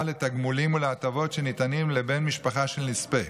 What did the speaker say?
לתגמולים ולהטבות שניתנים לבן משפחה של נספה